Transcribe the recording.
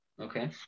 Okay